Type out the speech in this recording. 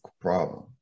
problem